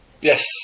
Yes